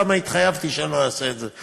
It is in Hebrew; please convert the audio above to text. למה התחייבתי שאני לא אעשה את זה.